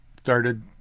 started